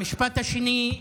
המשפט השני,